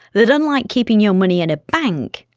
that unlike keeping your money in a bank,